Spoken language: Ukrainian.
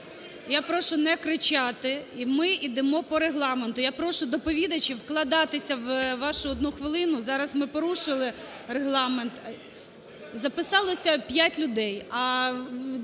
Я прошу не кричати. Ми йдемо по Регламенту. Я прошу доповідачів вкладатися у вашу 1 хвилину. Зараз ми порушили регламент. Записалося п'ять людей, а